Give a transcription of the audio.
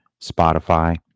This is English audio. spotify